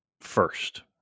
first